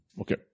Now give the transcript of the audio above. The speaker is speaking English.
okay